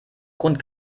grund